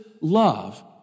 love